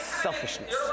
selfishness